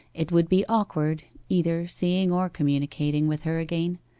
it would be awkward either seeing or communicating with her again.